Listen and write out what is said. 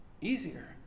easier